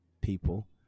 people